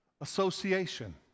association